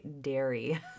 dairy